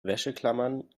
wäscheklammern